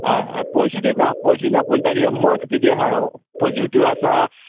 हय हय पयशे दिना पयशे दिना पूण तेगे मत किदें आसा पॉजिटीव आसा